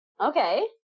Okay